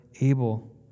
able